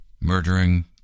murdering